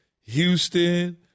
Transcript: Houston